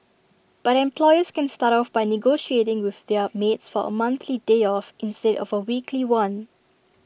but employers can start off by negotiating with their maids for A monthly day off instead of A weekly one